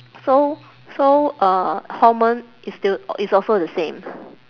so so uh hormone is still is also the same